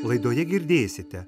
laidoje girdėsite